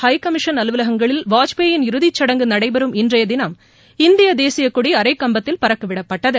high commission அலுவலகங்களில் வாஜ்பாயின் இறுதிச் சடங்கு நடைபெறும் இன்றைய தினம் இந்திய தேசியக் கொடி அரைகம்பத்தில் பறக்கவிடப்பட்டது